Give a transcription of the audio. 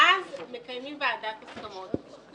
ואז מקיימים ועדת הסכמות.